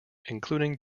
including